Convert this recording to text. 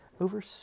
over